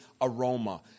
aroma